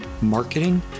marketing